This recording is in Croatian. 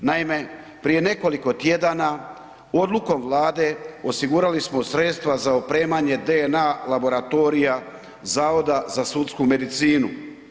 Naime, prije nekoliko tjedana odlukom Vlade osigurali smo sredstva za opremanje DNA laboratorija Zavoda za sudsku medicinu.